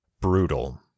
brutal